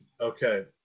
Okay